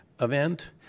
event